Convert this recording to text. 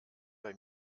bei